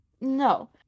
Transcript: No